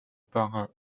par